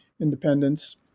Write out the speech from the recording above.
independence